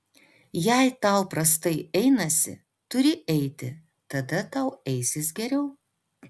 jei tau prastai einasi turi eiti tada tau eisis geriau